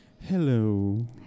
Hello